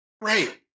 Right